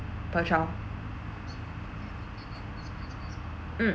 per child mm